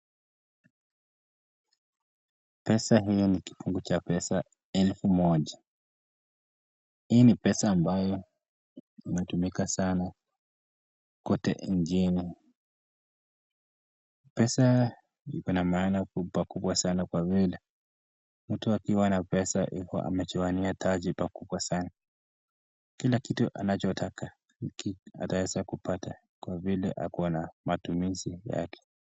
Pesa hii ni kifungu cha pesa elfu moja. Hii ni pesa ambayo inatumika sana kote nchini. Pesa ikona maana kubwa sana kwa vile mtu akiwa na pesa amejiwania taji pakubwa sana. Kila kitu anachotaka ataweza kupata kwa vile ako na matumizi yake.